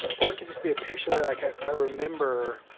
or it could just be a picture that i i remember,